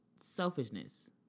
selfishness